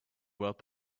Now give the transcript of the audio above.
world